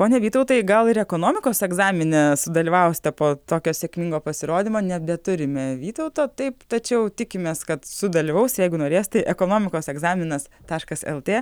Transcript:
pone vytautai gal ir ekonomikos egzamine sudalyvausite po tokio sėkmingo pasirodymo nebeturime vytauto taip tačiau tikimės kad sudalyvaus jeigu norės tai ekonomikos egzaminas taškas lt